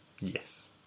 Yes